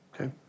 Okay